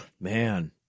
Man